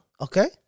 Okay